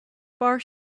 far